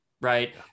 right